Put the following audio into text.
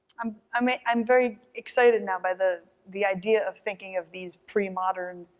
um i mean i'm very excited now by the the idea of thinking of these premodern